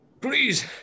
Please